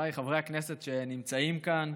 חבריי חברי הכנסת שנמצאים כאן,